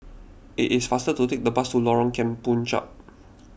it is faster to take the bus to Lorong Kemunchup